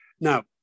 Now